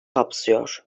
kapsıyor